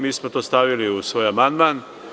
Mi smo to stavili u svoj amandman.